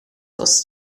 was